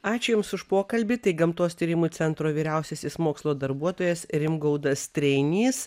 ačiū jums už pokalbį tai gamtos tyrimų centro vyriausiasis mokslo darbuotojas rimgaudas treinys